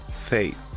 faith